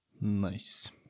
Nice